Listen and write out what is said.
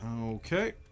okay